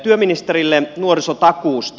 työministerille nuorisotakuusta